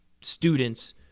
students—